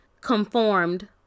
conformed